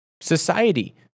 society